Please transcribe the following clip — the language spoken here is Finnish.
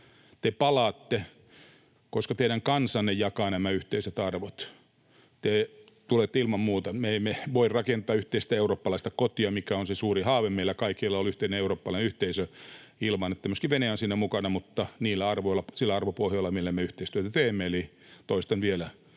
Te palaatte, koska teidän kansanne jakaa nämä yhteiset arvot. Te tulette ilman muuta.” Me emme voi rakentaa yhteistä eurooppalaista kotia, mikä on se suuri haave meillä kaikilla, olla yhteinen eurooppalainen yhteisö, ilman että myöskin Venäjä on siinä mukana mutta sillä arvopohjalla, millä me yhteistyötä teemme, eli toistan vielä: